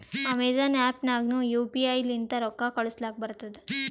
Amazon app ನಾಗ್ನು U P I ಲಿಂತ ರೊಕ್ಕಾ ಕಳೂಸಲಕ್ ಬರ್ತುದ್